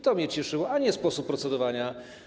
To mnie cieszyło, a nie sposób procedowania.